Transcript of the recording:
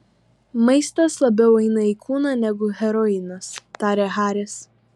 maistas labiau eina į kūną negu heroinas tarė haris